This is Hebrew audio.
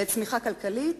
בעת צמיחה כלכלית